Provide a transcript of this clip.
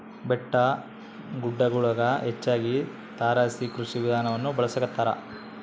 ಬೆಟ್ಟಗುಡ್ಡಗುಳಗ ಹೆಚ್ಚಾಗಿ ತಾರಸಿ ಕೃಷಿ ವಿಧಾನವನ್ನ ಬಳಸತಾರ